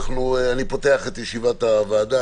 אני פותח את ישיבת הוועדה,